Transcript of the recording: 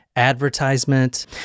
advertisement